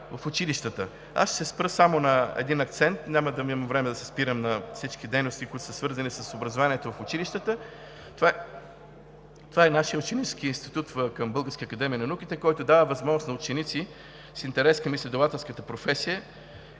в училищата. Ще се спра само на един акцент, няма да имам време да се спирам на всички дейности, които са свързани с образованието в училищата. Това е нашият ученически институт към Българската академия на науките, който дава възможност на ученици с интерес към изследователската професия,